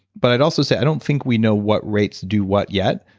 but i'd also say i don't think we know what rates do what yet,